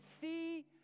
see